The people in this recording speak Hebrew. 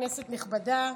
כנסת נכבדה,